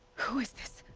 who is this?